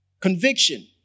Conviction